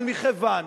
אבל מכיוון